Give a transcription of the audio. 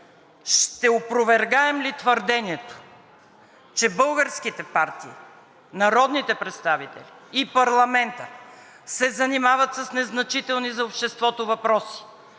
ще опровергаем ли твърдението, че българските партии, народните представители и парламентът се занимават с незначителни за обществото въпроси